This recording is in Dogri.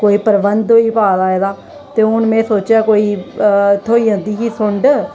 कोई प्रबंध होई पा दा एह्दा ते हून में सोचेआ कोई थ्होई जंदी ही सुंड